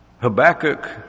Habakkuk